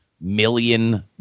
million